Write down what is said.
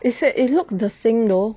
it should it looked the same though